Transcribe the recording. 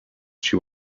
she